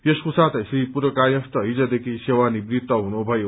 यसको साथै श्री पुरकायस्थ हिजदेखि सेवा निवृत्त हुनुभयो